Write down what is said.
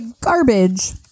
garbage